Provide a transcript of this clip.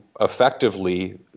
effectively